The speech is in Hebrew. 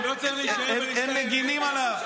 הם מגינים עליו.